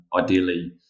ideally